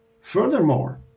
Furthermore